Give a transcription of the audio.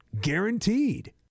guaranteed